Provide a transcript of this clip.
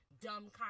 dumb